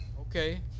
Okay